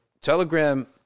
Telegram